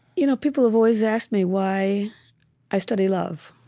you know people have always asked me why i study love.